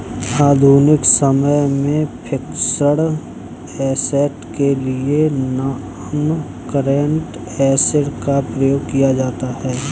आधुनिक समय में फिक्स्ड ऐसेट के लिए नॉनकरेंट एसिड का प्रयोग किया जाता है